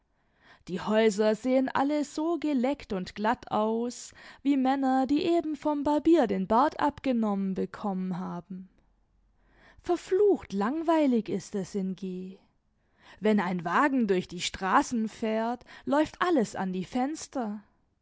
die häuser sehen alle so geleckt und glatt aus wie männer die eben vom barbier den bart abgenommen bekommen haben verflucht langweilig ist es in g wenn ein wagen durch die straßen fährt läuft alles an die fenster